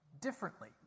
differently